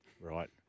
right